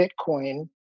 Bitcoin